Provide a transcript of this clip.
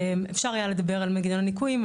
אפשר היה לדבר על מנגנון ניכויים,